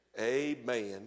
Amen